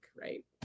right